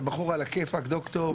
אתה בחור על הכיפאק ד"ר,